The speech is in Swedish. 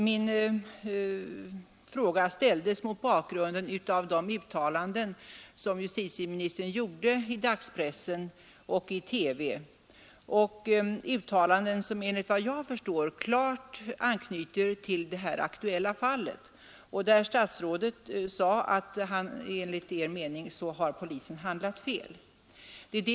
Min fråga ställdes mot bakgrunden av de uttalanden som justitieministern gjorde i dagspressen och i TV — uttalanden som enligt vad jag förstår klart anknyter till det här aktuella fallet och där statsrådet sade att enligt hans mening har polisen handlat fel.